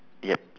yup